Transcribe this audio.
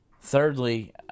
Thirdly